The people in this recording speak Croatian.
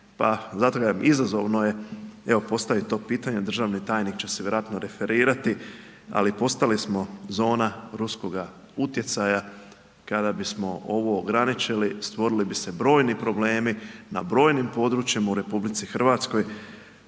zato kažem izazovno je evo postaviti to pitanje, državni tajnik će se vjerojatno referirati ali postali smo zona ruskoga utjecaja kada bismo ovo ograničili stvorili bi se brojni problemi na brojnim područjima u RH. Ali evo ako